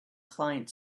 client